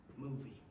movie